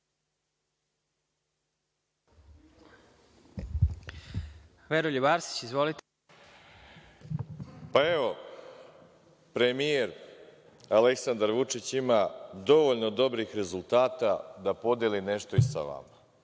Pa evo, premijer Aleksandar Vučić ima dovoljno dobrih rezultata da podeli nešto i sa vama.